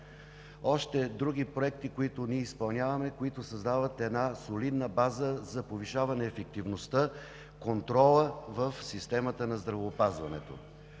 Другите проекти, които ние изпълняваме, създават една солидна база за повишаване ефективността и контрола в системата на здравеопазването.